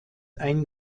ein